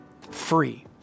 free